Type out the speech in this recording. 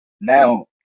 now